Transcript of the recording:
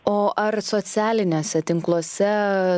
o ar socialiniuose tinkluose